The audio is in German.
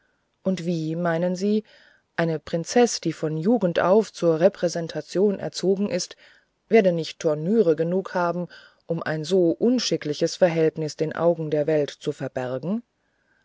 und wie meinen sie eine prinzeß die von jugend auf zur repräsentation erzogen ist werde nicht tournüre genug haben um ein so unschickliches verhältnis den augen der welt zu verbergen